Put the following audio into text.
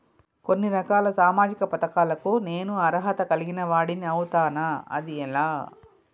కొన్ని రకాల సామాజిక పథకాలకు నేను అర్హత కలిగిన వాడిని అవుతానా? అది ఎలా?